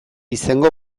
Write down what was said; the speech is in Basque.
izango